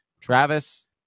Travis